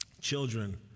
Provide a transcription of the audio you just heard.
Children